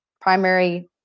primary